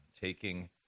taking